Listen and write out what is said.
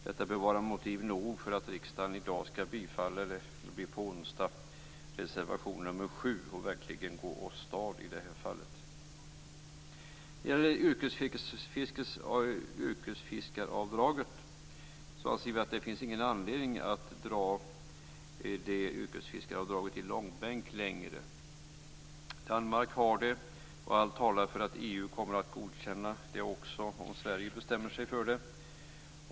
Detta bör vara motiv nog för att riksdagen på onsdag skall bifalla reservationen nr 7 och verkligen gå till handling i detta fall. När det gäller yrkesfiskaravdraget anser vi att det inte längre finns någon anledning att nu dra frågan om detta i långbänk. Danmark har detta avdrag, och allt talar för att också EU kommer att godkänna det, om Sverige bestämmer sig för det.